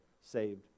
saved